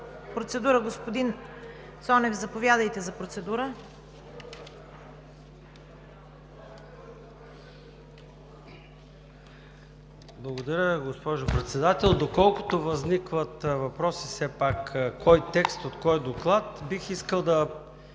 Процедура – господин Цонев, заповядайте. ЙОРДАН ЦОНЕВ (ДПС): Благодаря Ви, госпожо Председател. Доколкото възникват въпроси все пак: от кой текст, от кой доклад, бих искал да